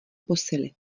posily